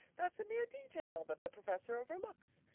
that's a mere detail that the professor overlooks.